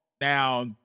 Now